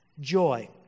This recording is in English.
joy